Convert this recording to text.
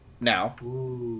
Now